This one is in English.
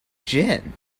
gin